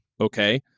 Okay